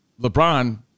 LeBron